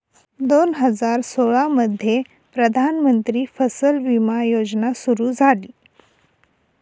दोन हजार सोळामध्ये प्रधानमंत्री फसल विमा योजना सुरू झाली